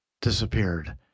disappeared